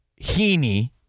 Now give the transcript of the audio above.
Heaney